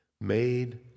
made